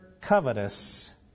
covetous